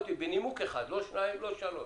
אחד, לא שניים, לא שלוש.